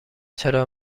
چرا